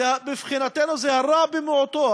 מבחינתנו זה הרע במיעוטו.